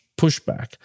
pushback